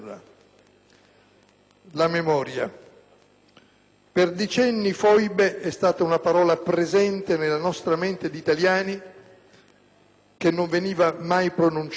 La memoria. Per decenni, «foibe» è stata una parola presente nella nostra mente di italiani che non veniva mai pronunciata.